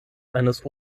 eines